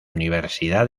universidad